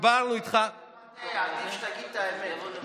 עדיף שתגיד את האמת.